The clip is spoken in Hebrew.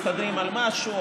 מסתדרים על משהו,